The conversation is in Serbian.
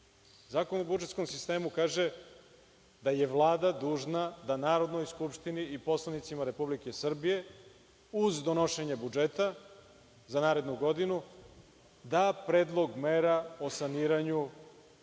Zakon o budžetskom sistemu kaže da je Vlada dužna da Narodnoj skupštini i poslanicima Republike Srbije, uz donošenje budžeta za narednu godinu, da predlog mera o saniranju